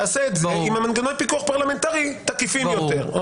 תעשה את זה עם מנגנוני פיקוח פרלמנטריים תקיפים יותר.